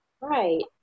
Right